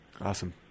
Awesome